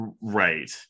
right